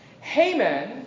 Haman